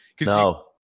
No